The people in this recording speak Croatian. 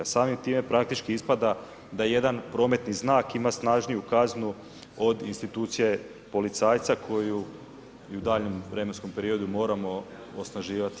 Samim time praktički ispada da jedan prometni znak ima snažniju kaznu od institucije policajca koju ju u daljnjem vremenskom periodu moramo osnaživati.